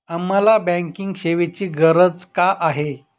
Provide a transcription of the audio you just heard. आम्हाला बँकिंग सेवेची गरज का आहे?